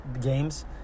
games